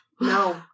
No